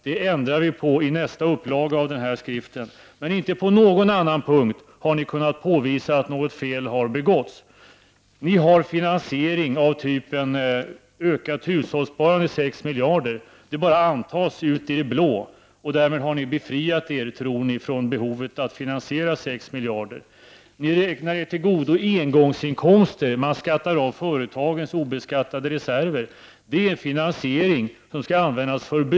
Det ändrar vi på i nästa upplaga av den omdebatterade skriften. Inte på någon annan punkt har ni kunnat påvisa att något fel har begåtts. Ni har finansiering av typen ökat hushållssparande, 6 miljarder. Det bara antas ut i det blå. Därmed har ni befriat er, tror ni, från behovet att finansiera 6 miljarder. Ni räknar er till godo engångsinkomster. Man skattar av företa gens obeskattade reserver. Det är finansiering som skall användas för be = Prot.